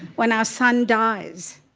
when our sun dies.